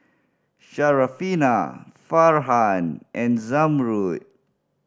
Syarafina Farhan and Zamrud